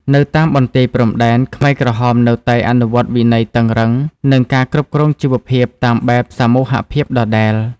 នៅតាមបន្ទាយព្រំដែន ខ្មែរក្រហមនៅតែអនុវត្តវិន័យតឹងរ៉ឹង និងការគ្រប់គ្រងជីវភាពតាមបែបសមូហភាពដដែល។